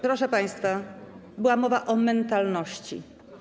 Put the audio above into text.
Proszę państwa, była mowa o mentalności.